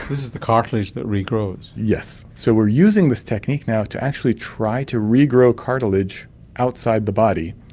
this is the cartilage that regrows? yes. so we are using this technique now to actually try to regrow cartilage outside the body,